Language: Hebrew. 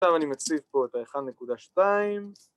‫עכשיו אני מציב פה את ה-1.2.